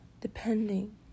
depending